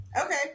okay